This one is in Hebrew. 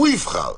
הוא יבחר.